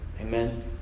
Amen